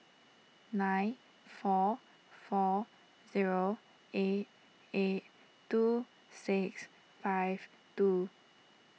nine four four zero eight eight two six five two